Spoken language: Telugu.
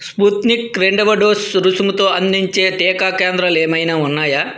స్పుత్నిక్ రెండవ డోసు రుసుముతో అందించే టీకా కేంద్రాలు ఏమైనా ఉన్నాయా